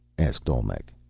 asked olmec.